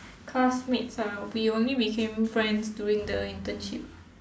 classmates ah we only became friends during the internship